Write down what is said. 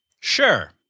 Sure